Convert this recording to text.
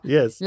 Yes